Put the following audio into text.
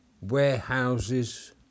warehouses